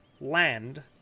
land